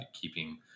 keeping